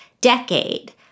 decade